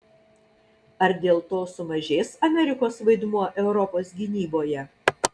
ar dėl to sumažės amerikos vaidmuo europos gynyboje